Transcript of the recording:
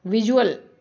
visual